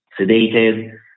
sedated